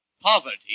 Poverty